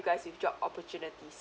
you guys with job opportunities